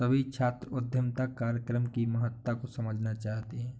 सभी छात्र उद्यमिता कार्यक्रम की महत्ता को समझना चाहते हैं